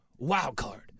Wildcard